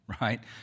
right